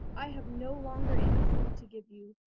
i have no longer any food to give you,